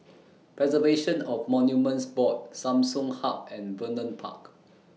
Preservation of Monuments Board Samsung Hub and Vernon Park